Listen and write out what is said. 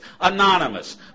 Anonymous